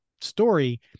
story